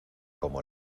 como